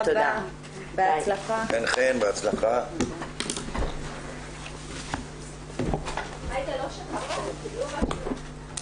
הישיבה ננעלה בשעה 15:03.